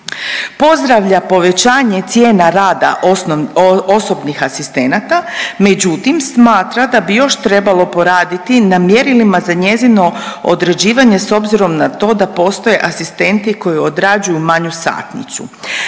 pozdravlja povećanje cijena rada osobnih asistenata, međutim smatra da bi još trebalo poraditi na mjerilima za njezino određivanje s obzirom na to da postoje asistenti koji odrađuju manju satnicu.